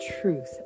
truth